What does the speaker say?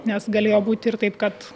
nes galėjo būti ir taip kad